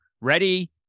Ready